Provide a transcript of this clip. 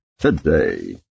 today